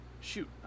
Shoot